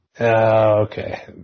okay